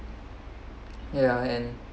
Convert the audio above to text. ya and